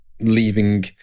leaving